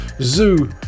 zoo